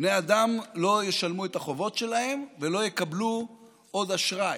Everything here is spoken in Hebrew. בני אדם לא ישלמו את החובות שלהם ולא יקבלו עוד אשראי,